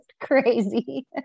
crazy